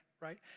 right